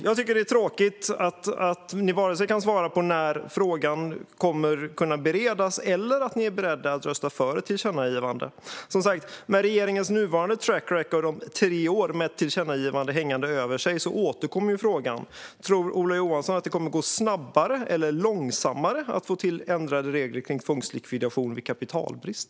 Jag tycker att det är tråkigt att ni inte kan svara på när frågan kommer att beredas och inte heller är beredda att rösta för ett tillkännagivande. Med regeringens nuvarande track record om tre år med ett tillkännagivande hängande över sig återkommer frågan: Tror Ola Johansson att det kommer att gå snabbare eller långsammare att få till ändrade regler om tvångslikvidation vid kapitalbrist?